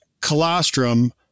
colostrum